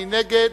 מי נגד?